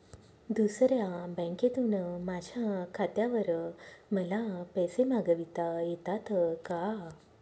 दुसऱ्या बँकेतून माझ्या खात्यावर मला पैसे मागविता येतात का?